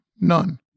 None